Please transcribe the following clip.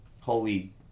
holy